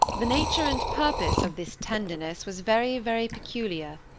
the nature and purpose of this tenderness was very, very peculiar,